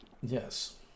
Yes